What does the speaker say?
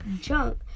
junk